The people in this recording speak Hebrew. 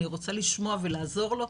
אני רוצה לשמוע ולעזור לו,